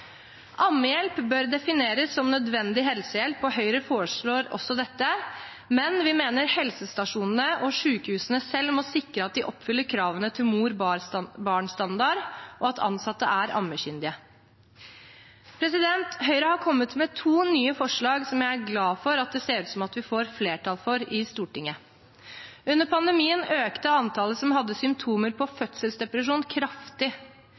Ammehjelp bør defineres som nødvendig helsehjelp, og Høyre foreslår også dette, men vi mener helsestasjonene og sykehusene selv må sikre at de oppfyller kravene til Mor-barn-vennlig standard, og at ansatte er ammekyndige. Høyre har kommet med to nye forslag som jeg er glad for at det ser ut som vi får flertall for i Stortinget. Under pandemien økte antallet som hadde symptomer på fødselsdepresjon, kraftig.